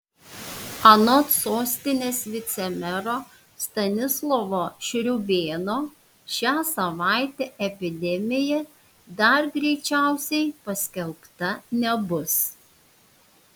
anot sostinės vicemero stanislovo šriūbėno šią savaitę epidemija dar greičiausiai paskelbta nebus